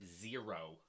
Zero